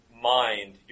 mind